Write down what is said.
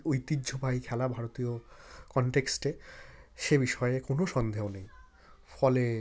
ঐতিহ্যবাহী খেলা ভারতীয় কনটেক্সটে সে বিষয়ে কোনো সন্দেহ নেই ফলে